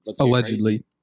Allegedly